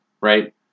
right